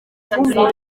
itatu